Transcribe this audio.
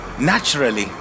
Naturally